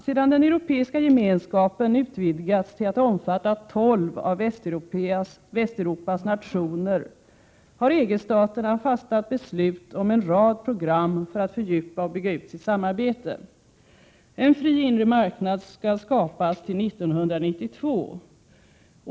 Sedan den Europeiska Gemenskapen utvidgats till att omfatta tolv av Västeuropas nationer, har EG-staterna fattat beslut om en rad program för att fördjupa och bygga ut sitt samarbete. En fri inre marknad skall skapas till 1992.